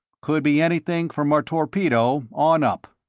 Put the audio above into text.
could be anything from a torpedo on up.